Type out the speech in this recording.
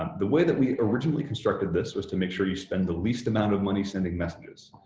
the way that we originally constructed this was to make sure you spend the least amount of money sending messages.